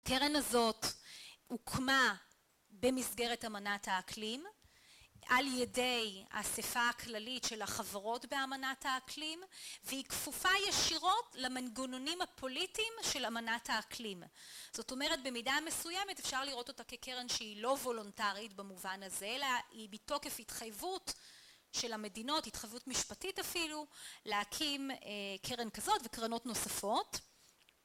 הקרן הזאת הוקמה במסגרת אמנת האקלים על ידי האספה הכללית של החברות באמנת האקלים והיא כפופה ישירות למנגונונים הפוליטיים של אמנת האקלים. זאת אומרת, במידה מסוימת אפשר לראות אותה כקרן שהיא לא וולונטרית במובן הזה, אלא היא בתוקף התחייבות של המדינות, התחייבות משפטית אפילו, להקים קרן כזאת וקרנות נוספות.